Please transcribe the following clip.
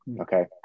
Okay